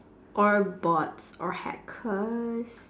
or bots or hackers